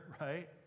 right